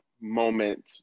moment